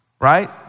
right